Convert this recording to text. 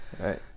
Right